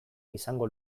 izango